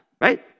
right